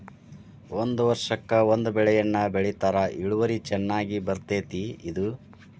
ಒಂದ ವರ್ಷಕ್ಕ ಒಂದ ಬೆಳೆಯನ್ನಾ ಬೆಳಿತಾರ ಇಳುವರಿ ಚನ್ನಾಗಿ ಬರ್ತೈತಿ ಇದು